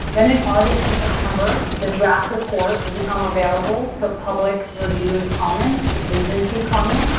then, in august and september, the draft report will become available for public review and comment and agency comment.